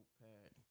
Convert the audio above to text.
notepad